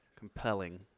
compelling